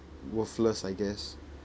worthless I guess